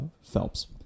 Phelps